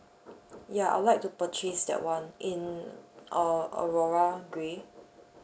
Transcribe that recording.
ya I would like to purchase that one in uh aurora gray